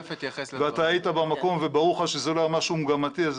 אתה היית במקום וברור לך שזה לא היה משהו מגמתי,